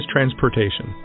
Transportation